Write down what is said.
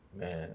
man